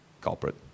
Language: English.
culprit